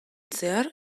zehar